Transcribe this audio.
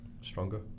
Stronger